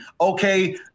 okay